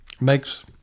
makes